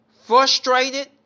frustrated